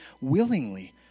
willingly